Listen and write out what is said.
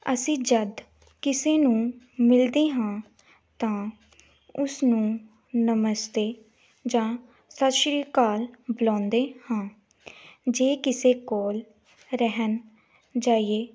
ਅਸੀਂ ਜਦੋਂ ਕਿਸੇ ਨੂੰ ਮਿਲਦੇ ਹਾਂ ਤਾਂ ਉਸਨੂੰ ਨਮਸਤੇ ਜਾਂ ਸਤਿ ਸ਼੍ਰੀ ਅਕਾਲ ਬੁਲਾਉਂਦੇ ਹਾਂ ਜੇ ਕਿਸੇ ਕੋਲ ਰਹਿਣ ਜਾਈਏ